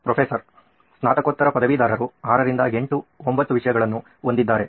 professor ಸ್ನಾತಕೋತ್ತರ ಪದವೀಧರರು 6 ರಿಂದ 8 9 ವಿಷಯಗಳನ್ನು ಹೊಂದಿದ್ದಾರೆ